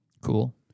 cool